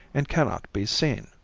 and cannot be seen.